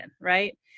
right